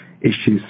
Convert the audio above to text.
issues